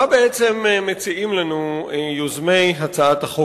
מה בעצם מציעים לנו יוזמי הצעת החוק?